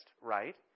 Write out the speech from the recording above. right